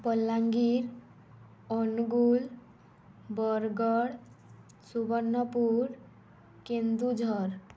Balangir Angul Bargarh Subarnapur Keonjhar